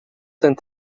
dein